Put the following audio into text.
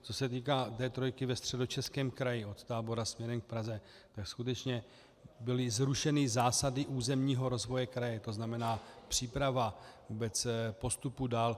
Co se týká D3 ve Středočeském kraji od Tábora směrem k Praze, tak skutečně byly zrušeny zásady územního rozvoje kraje, to znamená příprava vůbec postupu dál.